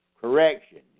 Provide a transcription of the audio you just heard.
Correction